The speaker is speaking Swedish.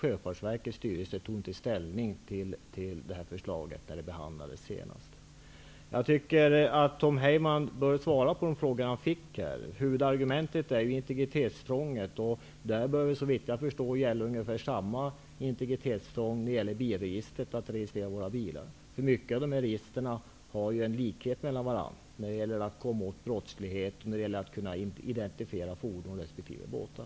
Sjöfartsverkets styrelse tog inte ställning till förslaget när det senast behandlades. Tom Heyman bör svara på de frågor som ställdes här. Huvudargumentet är ju integritetsintrånget. Såvitt jag förstår bör samma integritetsintrång gälla i fråga om bilregistret, dvs. registreringen av våra bilar. Många register liknar ju varandra när det gäller att komma åt brottslighet och att kunna identifiera fordon resp. båtar.